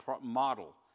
model